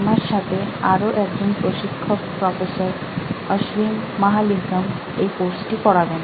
আমার সাথে আরও একজন প্রশিক্ষক প্রফেসর অশ্বিন মহালিঙ্গম এই কোর্সটি পড়াবেন